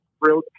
real